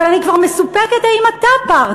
אבל אני כבר מסופקת אם אתה פרטנר.